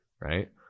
right